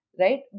right